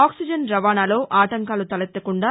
oxygen రవాణాలో ఆటంకాలు తలెత్తకుండా